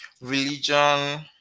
religion